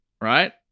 right